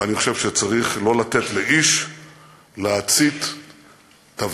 ואני חושב שצריך לא לתת לאיש להצית תבערה,